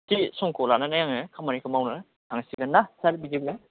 थि समखौ लानानै आङो खामानिखौ मावनो थांसिगोन ना सार बिदिब्ला